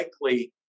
likely